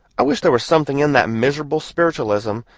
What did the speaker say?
i wish there was something in that miserable spiritualism,